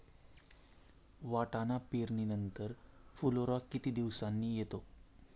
वाटाणा पेरणी नंतर फुलोरा किती दिवसांनी येतो?